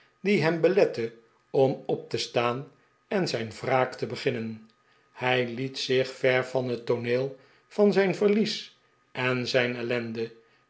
die hem belette om op te staan en zijn wraak te beginnen hij liet zich ver van het tooneel van zijn verlies en zijn ellende